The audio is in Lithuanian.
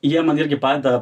jie man irgi padeda